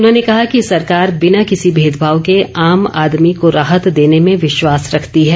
उन्होंने कहा कि सरकार बिना किसी मेंदभाव के आम आदमी को राहत देने में विश्वास रखती है